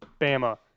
Bama